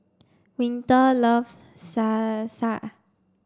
Winter loves Salsa